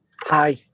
Hi